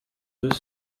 deux